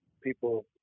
people